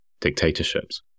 dictatorships